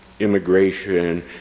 immigration